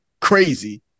crazy